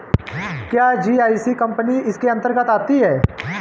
क्या GIC company इसके अन्तर्गत आती है?